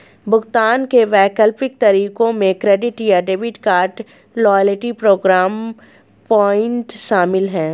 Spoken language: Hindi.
भुगतान के वैकल्पिक तरीकों में क्रेडिट या debit card, loyalty program point शामिल है